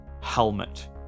helmet